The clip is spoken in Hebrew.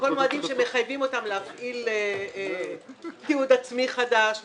מועדים שמחייבים אותם להפעיל תיעוד עצמי חדש,